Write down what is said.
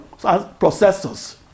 processors